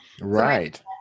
Right